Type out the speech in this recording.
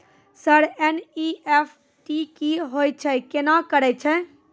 Sir NEFT की होय छै, केना करे छै?